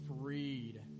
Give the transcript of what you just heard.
freed